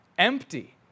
empty